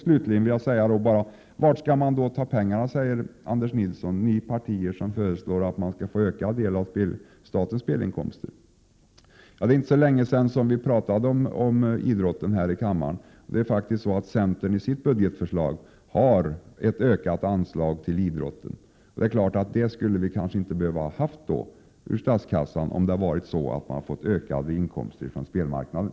Anders Nilsson frågar de partier, som föreslår att man skall få ökad del av statens spelinkomster, varifrån pengarna skall tas. Vi talade om idrotten här i kammaren för inte så länge sedan. I sitt budgetförslag har centern faktiskt ett ökat anslag till idrotten. Vi skulle kanske inte ha behövt ta det ur statskassan, om man hade fått ökade inkomster från spelmarknaden.